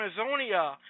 Amazonia